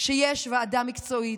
כשיש ועדה מקצועית,